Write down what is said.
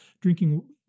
drinking